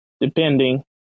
depending